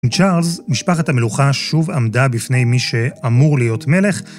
עם צ'ארלס, משפחת המלוכה שוב עמדה בפני מי שאמור להיות מלך.